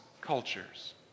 cultures